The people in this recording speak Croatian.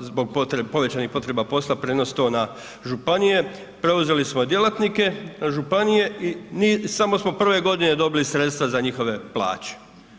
zbog povećanih potreba posla prijenos to na županije, preuzeli smo djelatnike županije i samo smo prve godine dobili sredstva za njihove plaće.